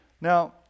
Now